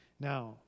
Now